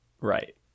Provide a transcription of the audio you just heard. Right